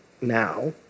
Now